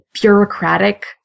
bureaucratic